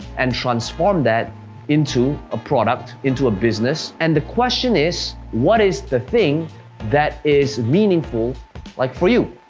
and transform that into a product, into a business, and the question is, what is the thing that is meaningful like for you?